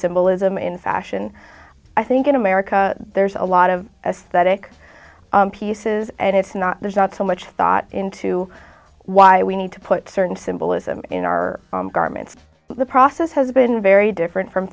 symbolism in fashion i think in america there's a lot of aesthetic pieces and it's not there's not so much thought into why we need to put certain symbolism in our garments the process has been very different from